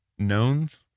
knowns